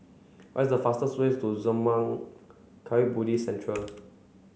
what is the fastest way to Zurmang Kagyud Buddhist Centre